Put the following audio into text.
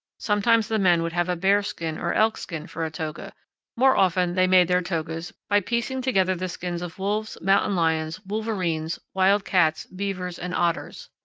sometimes the men would have a bearskin or elkskin for a toga more often they made their togas by piecing together the skins of wolves, mountain lions, wolverines, wild cats, beavers, and otters.